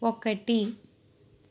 ఒకటి